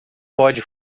pode